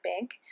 big